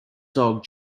dog